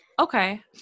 Okay